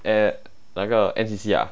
at 那个 N_C_C ah